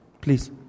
Please